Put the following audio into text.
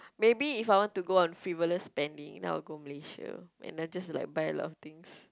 maybe if I want to go on frivolous spending then I will go Malaysia and then just like buy a lot of things